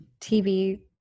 TV